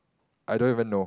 I don't even know